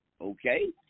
okay